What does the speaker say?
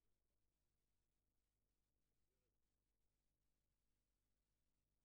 דיון מהיר בנושא הסטאז'רים שלומדים בחוץ לארץ.